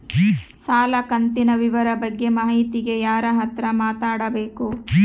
ಸಾಲ ಕಂತಿನ ವಿವರ ಬಗ್ಗೆ ಮಾಹಿತಿಗೆ ಯಾರ ಹತ್ರ ಮಾತಾಡಬೇಕು?